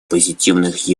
позитивных